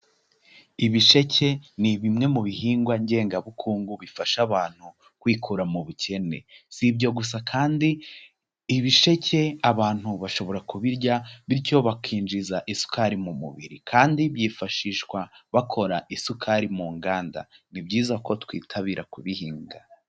Ibisheke ni bimwe mu bihingwa ngengabukungu bifasha abantu kwikura mu bukene. Si ibyo gusa kandi ibisheke abantu bashobora kubirya bityo bakinjiza isukari mu mubiri kandi byifashishwa bakora isukari mu nganda. Ni byiza ko twitabira kubihinga.